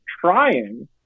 trying